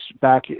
back